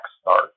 start